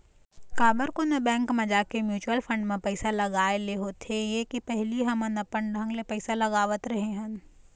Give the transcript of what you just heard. काबर कोनो बेंक म जाके म्युचुअल फंड म पइसा लगाय ले होथे ये के पहिली हमन अपन ढंग ले पइसा लगावत रेहे हन